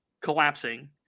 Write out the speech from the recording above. collapsing